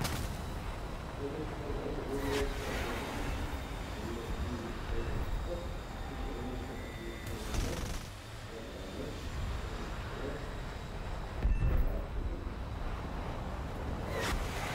غدي نختار العمر ديال سبعة وثلاثين لأن ديك السنة هديك بالضبط حسيت أنني وصلت واحد المرحلة ديال النضج لا في العمل ولا في الحياة ولا في علاقتي مع الناس